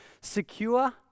secure